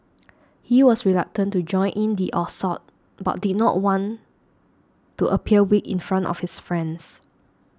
he was reluctant to join in the assault but did not want to appear weak in front of his friends